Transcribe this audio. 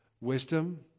wisdom